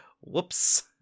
whoops